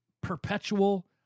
perpetual